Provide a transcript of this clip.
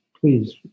please